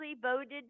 voted